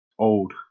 Old